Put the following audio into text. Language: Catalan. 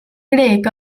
grec